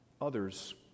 others